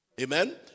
Amen